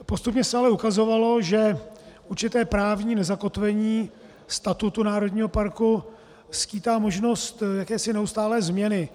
Postupně se ale ukazovalo, že určité právní nezakotvení statutu národního parku skýtá možnost jakési neustálé změny.